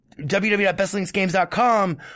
www.bestlinksgames.com